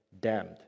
damned